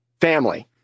family